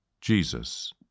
Jesus